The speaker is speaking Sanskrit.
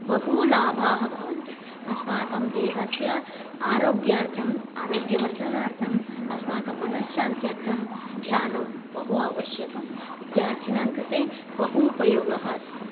बहु लाभाः भवन्ति अस्माकं देहस्य आरोग्यार्थम् आरोग्यवर्धनार्थम् अस्माकं मनश्शान्त्यर्थं ध्यानं बहु आवश्यकं विद्यार्थिनां कृते बहु उपयोगः अस्ति